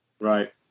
right